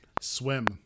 swim